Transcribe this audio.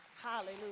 Hallelujah